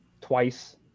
twice